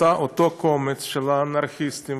אותו קומץ של אנרכיסטים,